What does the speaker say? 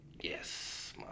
Yes